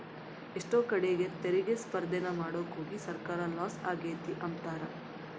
ಎಷ್ಟೋ ಕಡೀಗ್ ತೆರಿಗೆ ಸ್ಪರ್ದೇನ ಮಾಡಾಕೋಗಿ ಸರ್ಕಾರ ಲಾಸ ಆಗೆತೆ ಅಂಬ್ತಾರ